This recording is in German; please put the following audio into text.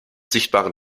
sichtbaren